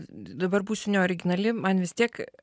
dabar būsiu neoriginali man vis tiek